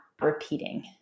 repeating